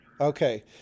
Okay